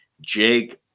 Jake